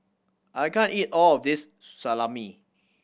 I can't eat all of this Salami